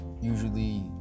Usually